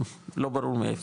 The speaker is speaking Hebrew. לא ברור מאיפה,